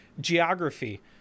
geography